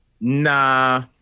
Nah